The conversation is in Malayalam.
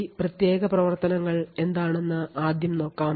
ഈ പ്രത്യേക പ്രവർത്തനങ്ങൾ എന്താണെന്ന് ആദ്യം നോക്കാം